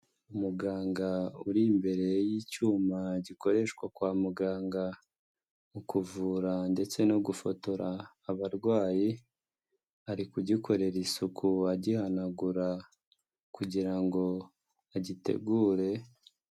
Umuganga uri imbere y'icyuma gikoreshwa kwa muganga mu kuvura ndetse no gufotora abarwayi, ari kugikorera isuku agihanagura kugira ngo agitegure.